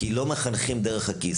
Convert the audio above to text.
כי לא מחנכים דרך הכיס,